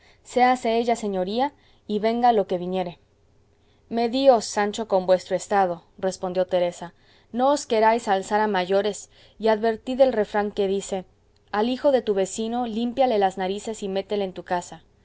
importa séase ella señoría y venga lo que viniere medíos sancho con vuestro estado respondió teresa no os queráis alzar a mayores y advertid al refrán que dice al hijo de tu vecino límpiale las narices y métele en tu casa